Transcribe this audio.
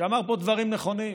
שאמר פה דברים נכונים,